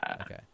okay